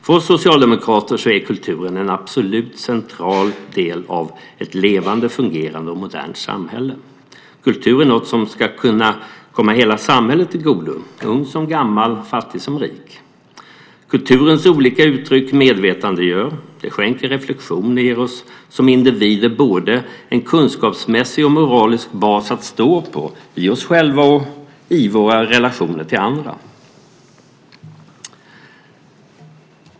För oss socialdemokrater är kulturen en absolut central del av ett levande, fungerande och modernt samhälle. Kultur är något som ska kunna komma hela samhället till godo - ung som gammal, fattig som rik. Kulturens olika uttryck medvetandegör, skänker reflexion och ger oss som individer både en kunskapsmässig och en moralisk bas att stå på, i oss själva och i våra relationer till andra.